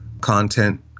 content